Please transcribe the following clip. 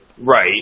Right